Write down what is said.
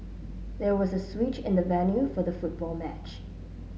there was a switch in the venue for the football match